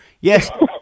Yes